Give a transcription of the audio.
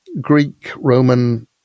Greek-Roman